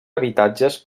habitatges